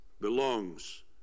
belongs